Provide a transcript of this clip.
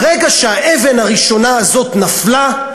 ברגע שהאבן הראשונה הזאת נפלה,